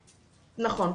נכון.